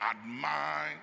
admire